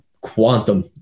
quantum